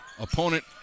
Opponent